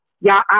y'all